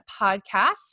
Podcast